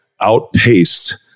outpaced